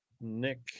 Nick